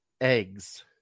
eggs